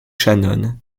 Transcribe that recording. shannon